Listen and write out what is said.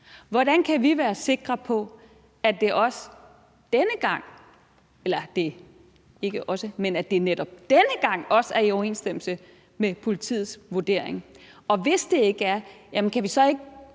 Hvordan kan vi være sikre på, at det netop denne gang også er i overensstemmelse med politiets vurdering – og hvis det ikke er, kan vi så i